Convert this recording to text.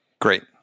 Great